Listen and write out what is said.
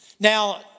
Now